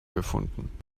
gefunden